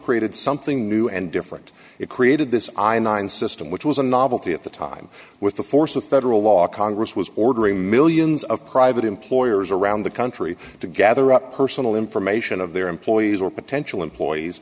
created something new and different it created this i nine system which was a novelty at the time with the force of federal law congress was ordering millions of private employers around the country to gather up personal information of their employees or potential employees